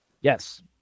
Yes